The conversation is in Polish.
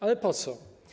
Ale po co?